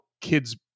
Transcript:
kids